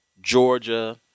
Georgia